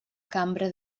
cambra